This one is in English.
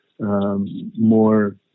more